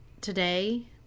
today